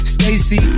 Stacy